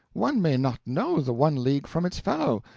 one may not know the one league from its fellow,